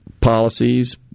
policies